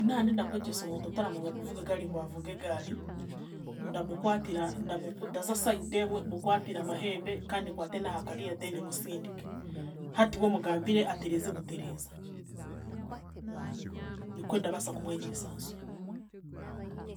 Nandenda kwegyesa omuntu otaramanya kuvuga egaari ngwavuge agaari, ndamukwatira, ndamu ndaza side emwe mukwatire amahembe kandi nkwate naha kariya then musindike. Hati we mugambire atereeza butereeza. Nikwe ndabaasa kumwegyesa nsyo.